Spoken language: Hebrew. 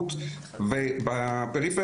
שנה לשנה לנוירולוג ויש לזה כמובן מחיר כבד.